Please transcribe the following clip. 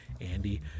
andy